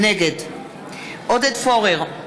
נגד עודד פורר,